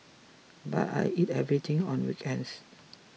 but I eat everything on weekends